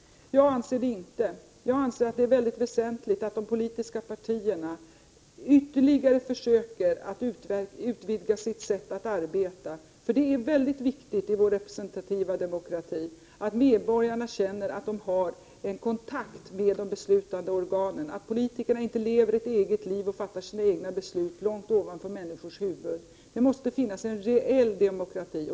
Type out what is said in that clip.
Jag anser det inte. Jag anser att det är väsentligt att de politiska partierna ytterligare försöker utvidga sitt sätt att arbeta. Det är i vår representativa demokrati viktigt att medborgarna känner att de har kontakt med de beslutande organen, att politikerna inte lever sitt eget liv och fattar sina egna beslut långt ovanför människors huvud. Det måste finnas en reell demokrati.